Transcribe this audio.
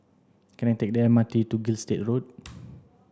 can I take the M R T to Gilstead Road